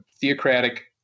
theocratic